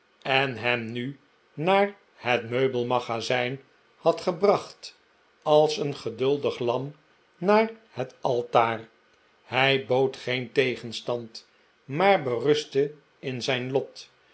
en hem nu naar het meubelmagazijn had gebracht als een geduldig lam naar het altaar hij bood geen tegenstand maar berustte in zijn lot